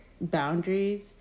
boundaries